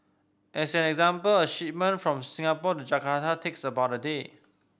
as an example a shipment from Singapore to Jakarta takes about a day